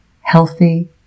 healthy